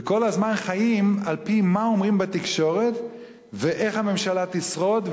וכל הזמן חיים על-פי מה אומרים בתקשורת ואיך הממשלה תשרוד,